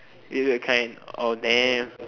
weird weird kind oh damn